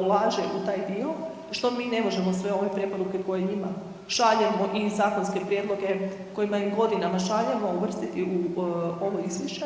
ulaže u taj dio, što mi ne možemo sve ove preporuke koje njima šaljemo i zakonske prijedloge koje im godinama šaljemo uvrstiti u ovu izvješće.